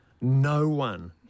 no-one